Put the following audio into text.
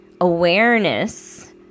awareness